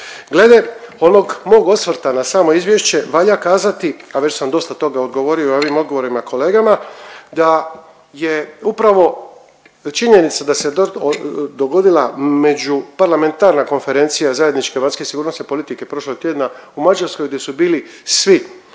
Glede onog mog osvrta na samo izvješće, valja kazati, a već sam dosta toga odgovorio ovim odgovorima kolegama da je upravo činjenica da se dogodila međuparlamentarna konferencija zajedničke vanjske i sigurnosne politike prošlog tjedna u Mađarskoj gdje su bili svi